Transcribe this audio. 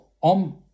on